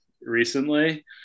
recently